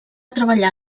treballar